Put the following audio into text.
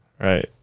Right